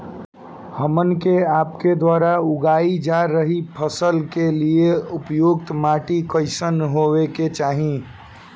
हमन के आपके द्वारा उगाई जा रही फसल के लिए उपयुक्त माटी कईसन होय के चाहीं?